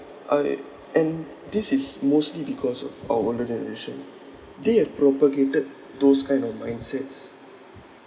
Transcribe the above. I and this is mostly because of our older generation they have propagated those kind of mindsets